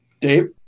Dave